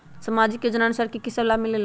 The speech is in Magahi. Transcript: समाजिक योजनानुसार कि कि सब लाब मिलीला?